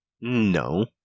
No